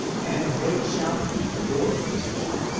and they shall be your possession.